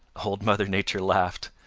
old mother nature laughed.